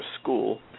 school